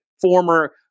former